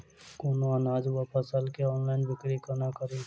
कोनों अनाज वा फसल केँ ऑनलाइन बिक्री कोना कड़ी?